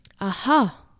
Aha